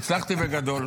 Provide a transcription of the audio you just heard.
הצלחתי בגדול.